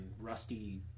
rusty